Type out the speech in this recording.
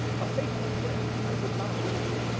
a faithful friend i would not lose it.